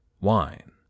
wine